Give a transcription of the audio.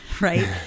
right